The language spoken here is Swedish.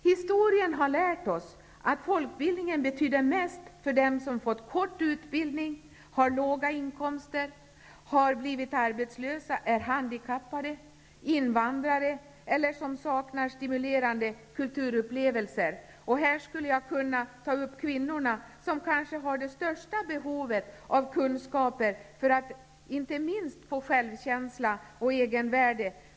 Historien har lärt oss att folkbildningen betyder mest för dem som fått kort utbildning, har låga inkomster, har blivit arbetslösa, är handikappade, invandrare, eller saknar stimulerande kulturupplevelser. Här skulle jag kunna ta upp frågan om kvinnorna, som kanske har det största behovet av kunskaper för att inte minst få självkänsla och egenvärde.